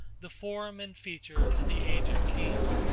the form and features of the aged king,